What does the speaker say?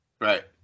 Right